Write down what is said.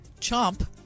Chomp